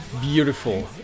Beautiful